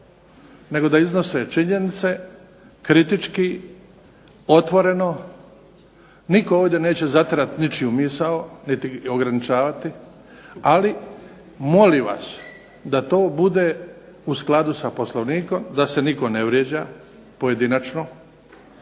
nego da iznose činjenice kritički, otvoreno, nitko ovdje neće zatirati ničiju misao, niti ograničavati, ali molim vas da to bude u skladu sa Poslovnikom, da se nitko ne vrijeđa pojedinačno.